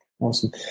Awesome